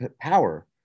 power